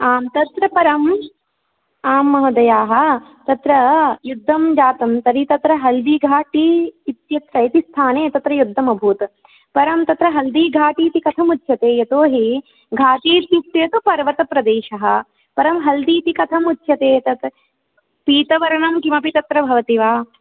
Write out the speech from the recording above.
आम् तत्र परं आम् महोदयाः तत्र युद्धः जातः तर्हि तत्र हल्दिघाटि इत्य स्थाने युद्धमभूत् परं तत्र हल्दिघाटि इति कथं उच्यते यतोहि घाटी इत्युक्ते तु पर्वतप्रदेशः परं हल्दि इति कथं उच्यते तत् पीतवर्णं किमपि तत्र भवति वा